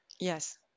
yes